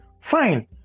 fine